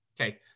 Okay